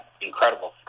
incredible